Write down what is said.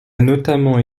notamment